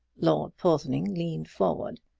lord porthoning leaned forward.